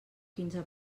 quinze